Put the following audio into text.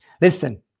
Listen